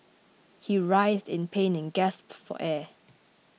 he writhed in pain and gasped for air